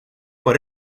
por